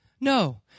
No